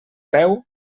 peu